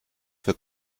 für